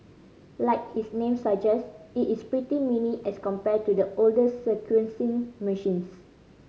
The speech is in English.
like its name suggest it is pretty mini as compared to the older sequencing machines